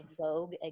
vogue